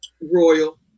Royal